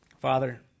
Father